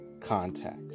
contact